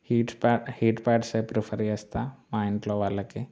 heat pad heat ప్యాడ్సె prefer చేస్తాను మా ఇంట్లో వాళ్ళకి